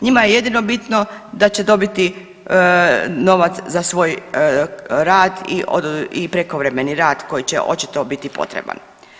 Njima je jedino bitno da će dobiti novac za svoj rad i prekovremeni rad koji će očito biti potreban.